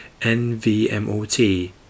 NVMOT